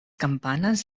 campanas